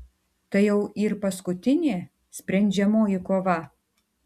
tai jau yr paskutinė sprendžiamoji kova